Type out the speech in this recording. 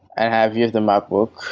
i have used the macbook.